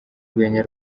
urwenya